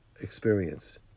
experience